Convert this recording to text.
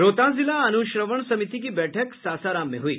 रोहतास जिला अनुश्रवण समिति की बैठक सासाराम में हुई